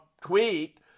tweet